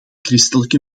christelijke